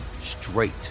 straight